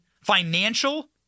financial